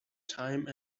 time